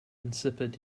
insipid